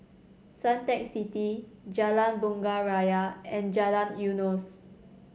Suntec City Jalan Bunga Raya and Jalan Eunos